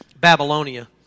Babylonia